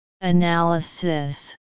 analysis